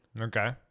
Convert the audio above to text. Okay